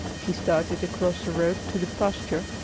she started across the road to the pasture,